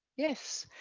yes,